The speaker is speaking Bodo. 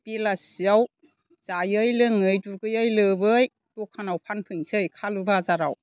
बेलासियाव जायै लोङै दुगैयै लोबै दखानाव फानफैनोसै खालु बाजाराव